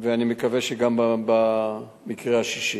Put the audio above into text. ואני מקווה שגם במקרה השישי.